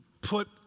put